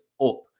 up